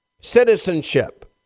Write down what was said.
citizenship